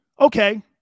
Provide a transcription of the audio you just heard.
Okay